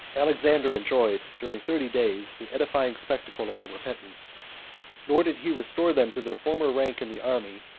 alexander enjoyed, during thirty days, the edifying spectacle of their repentance nor did he restore them to their former rank in the army,